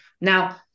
Now